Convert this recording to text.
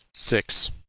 six.